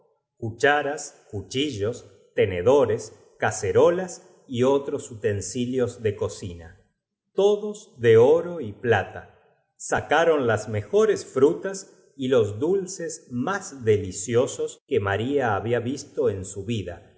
cucharas cuchillos tenedores cacerolas y otros utensilios de cocina todos de oro y plata sacaron las mejores no se cae uno de una altura de algufrutas y los dulces más deliciosos que nos miles de pies sin despertar así es maria babia visto en su vida